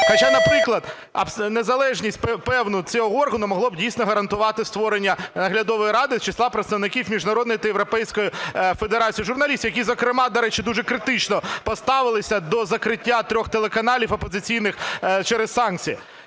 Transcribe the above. Хоча, наприклад, незалежність певну цього органу могло б дійсно гарантувати створення наглядової ради з числа представників міжнародної та європейської федерації журналістів, які зокрема, до речі, дуже критично поставилися до закриття трьох телеканалів опозиційних через санкції.